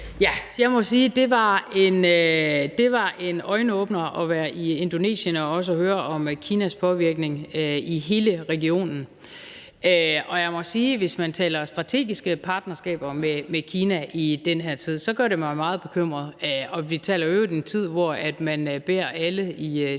det var en øjenåbner at være i Indonesien og også høre om Kinas påvirkning i hele regionen, og jeg må sige, at hvis man taler strategiske partnerskaber med Kina i den her tid, gør det mig meget bekymret. Vi taler i øvrigt om en tid, hvor man beder alle i